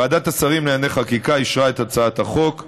ועדת השרים לענייני חקיקה אישרה את הצעת החוק.